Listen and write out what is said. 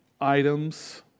items